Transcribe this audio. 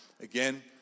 again